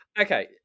okay